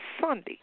Sunday